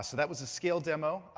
so that was a scale demo.